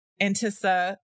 Antissa